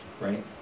right